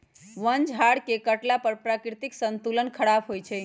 वन झार के काटला पर प्राकृतिक संतुलन ख़राप होइ छइ